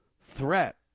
threat